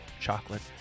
chocolate